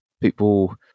people